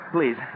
Please